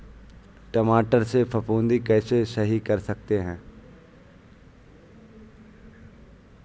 टमाटर से फफूंदी कैसे सही कर सकते हैं?